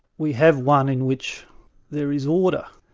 we have one in which there is order,